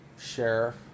sheriff